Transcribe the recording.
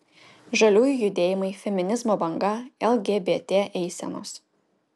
žaliųjų judėjimai feminizmo banga lgbt eisenos